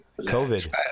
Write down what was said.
COVID